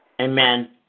Amen